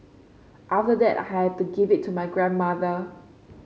after that I had to give it to my grandmother